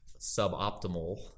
suboptimal